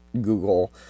Google